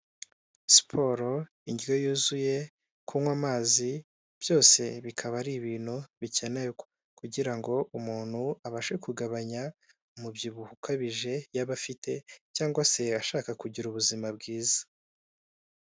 Siporo, indyo yuzuye, kunywa amazi byose bikaba ari ibintu bikenewe kugira ngo umuntu abashe kugabanya umubyibuho ukabije yaba afite cyangwa se ashaka kugira ubuzima bwiza.